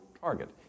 target